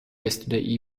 yesterday